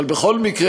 אבל בכל מקרה,